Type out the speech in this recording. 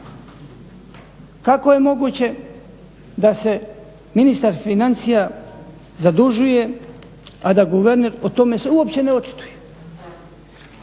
Kako je moguće da se ministar financija zadužuje, a da guverner o tome se uopće ne očituje?